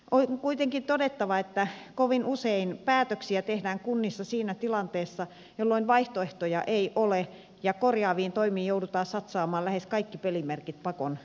on kuitenkin todettava että kovin usein päätöksiä tehdään kunnissa siinä tilanteessa jolloin vaihtoehtoja ei ole ja korjaaviin toimiin joudutaan satsaamaan lähes kaikki pelimerkit pakon sanelemana